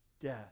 death